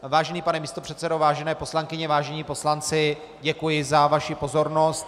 Vážený pane místopředsedo, vážené poslankyně, vážení poslanci, děkuji za vaši pozornost.